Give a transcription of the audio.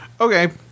Okay